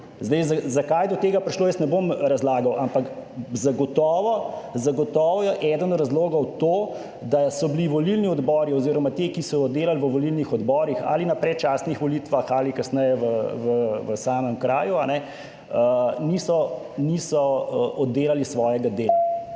Zdaj zakaj je do tega prišlo, jaz ne bom razlagal, ampak zagotovo je eden od razlogov to, da so bili volilni odbori oziroma ti, ki so delali v volilnih odborih ali na predčasnih volitvah ali kasneje v samem kraju, niso oddelali svojega dela.